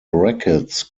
brackets